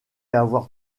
avoir